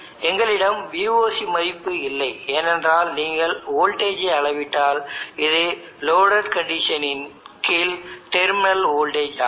எங்களிடம் Voc மதிப்பு இல்லை ஏனென்றால் நீங்கள் வோல்டேஜ் ஐ அளவிட்டால் இது loaded condition இன் கீழ் டெர்மினல் வோல்டேஜ் ஆகும்